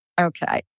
Okay